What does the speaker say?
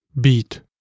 beat